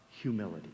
humility